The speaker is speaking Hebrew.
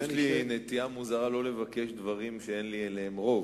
יש לי נטייה מוזרה שלא לבקש דברים שאין לי בהם רוב.